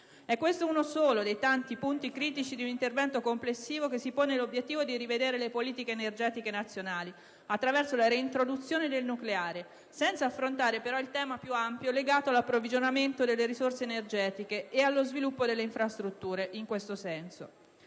È questo uno solo dei tanti punti critici di un intervento complessivo che si pone l'obiettivo di rivedere le politiche energetiche nazionali attraverso la reintroduzione del nucleare, senza affrontare però il tema più ampio, legato all'approvvigionamento delle risorse energetiche e allo sviluppo di infrastrutture in tal senso.